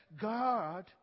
God